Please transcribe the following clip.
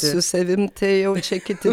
su savim tai jau čia kiti